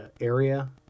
area